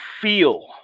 feel